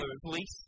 police